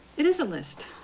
it is a list.